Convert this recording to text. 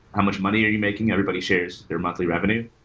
how much money are you making? everybody shares their monthly revenue.